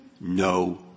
No